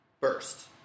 first